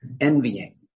envying